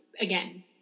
again